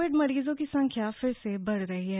Covid मरीजों की संख्या फिर से बढ़ रही है